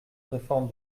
réforme